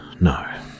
No